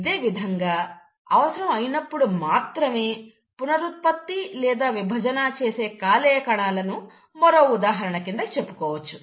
ఇదేవిధంగా అవసరం అయినప్పుడు మాత్రమే పునరుత్పత్తి లేదా విభజన చేసే కాలేయ కణాలను మరో ఉదాహరణ కింద చెప్పుకోవచ్చు